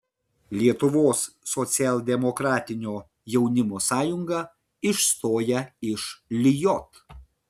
lietuvos socialdemokratinio jaunimo sąjunga išstoja iš lijot